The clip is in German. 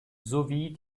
sowie